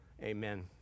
Amen